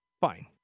Fine